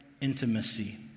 intimacy